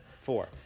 four